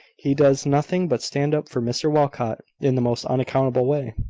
he does nothing but stand up for mr walcot in the most unaccountable way!